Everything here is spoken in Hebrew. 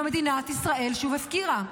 ומדינת ישראל שוב הפקירה.